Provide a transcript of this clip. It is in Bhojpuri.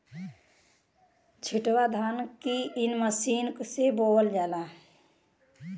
छिटवा धान इ मशीन से बोवल जाला